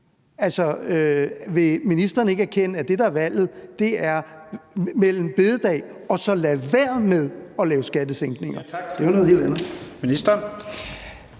sandt. Vil ministeren ikke erkende, at det, der er valget, er mellem store bededag og så at lade være med at lave skattesænkninger?